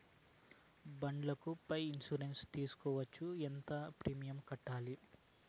బండ్ల పై ఇన్సూరెన్సు సేసుకోవచ్చా? ఎంత ప్రీమియం కట్టాలి?